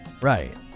Right